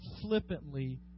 flippantly